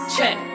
Check